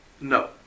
No